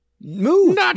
Move